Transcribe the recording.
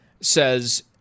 says